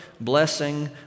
blessing